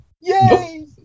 Yay